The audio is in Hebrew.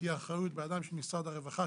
תהיה אחריות בידיים של משרד הרווחה,